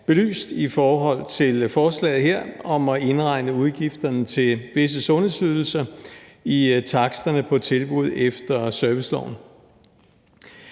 belyst i forhold til forslaget her, om at indregne udgifterne til visse sundhedsydelser i taksterne på tilbud efter serviceloven.